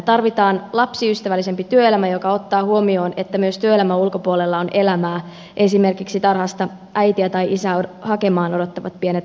tarvitaan lapsiystävällisempi työelämä joka ottaa huomioon että myös työelämän ulkopuolella on elämää esimerkiksi tarhasta äitiä tai isää hakemaan odottavat pienet lapset